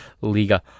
Liga